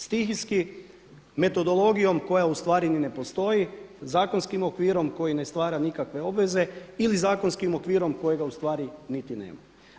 Stihijski, metodologijom koja ustvari ni ne postoji, zakonskim okvirom koji ne stvara nikakve obveze ili zakonskim okvirom kojega ustvari niti nema.